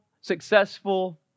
successful